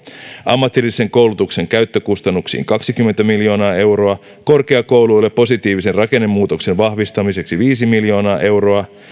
ammatillisen koulutuksen käyttökustannuksiin kaksikymmentä miljoonaa euroa korkeakouluille positiivisen rakennemuutoksen vahvistamiseksi viisi miljoonaa euroa